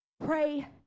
Pray